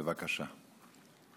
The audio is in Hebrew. בבקשה.